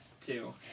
two